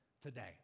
today